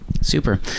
Super